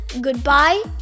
goodbye